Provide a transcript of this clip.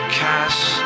cast